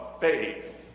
faith